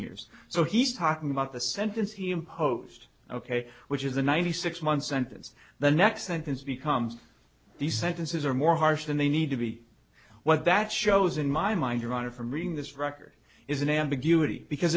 years so he's talking about the sentence he imposed ok which is a ninety six month sentence the next sentence becomes these sentences are more harsh than they need to be what that shows in my mind your honor from reading this record is an ambiguity because